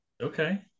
okay